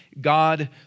God